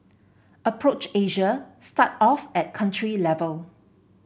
approach Asia start off at country level